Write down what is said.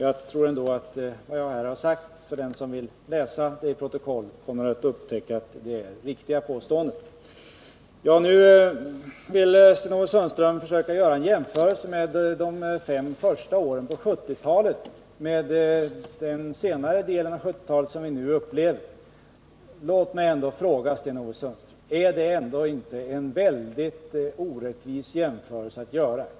Jag tror ändå att den som läser protokollet kommer att upptäcka att vad jag här sagt är riktiga påståenden. 170 Nu vill Sten-Ove Sundström göra en jämförelse mellan de fem första åren på 1970-talet och den senare delen av 1970-talet, som vi nu upplever. Men, Sten-Ove Sundström, låt mig fråga: Är det inte en väldigt orättvis jämförelse att göra?